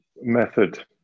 method